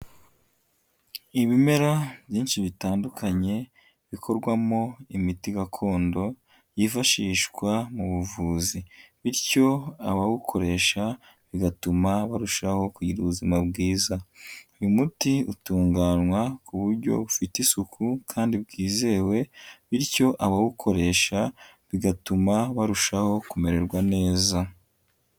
Ibimera byinshi bitandukanye bikorwamo imiti gakondo yifashishwa mu buvuzi bityo abawukoresha bigatuma barushaho kugira ubuzima bwiza. Uyu muti utunganywa ku buryo bufite isuku kandi bwizewe bityo abawukoresha bigatuma barushaho kumererwa neza.